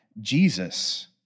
Jesus